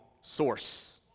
source